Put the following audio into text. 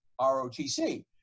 ROTC